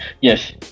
yes